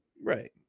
right